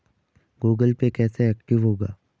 Google pay कैसे active होगा?